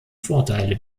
vorteile